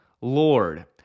Lord